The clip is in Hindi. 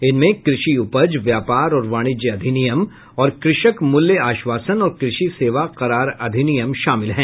इनमें कृषि उपज व्यापार और वाणिज्य अधिनियम और कृषक मूल्य आश्वासन और कृषि सेवा करार अधिनियम शामिल है